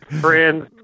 friends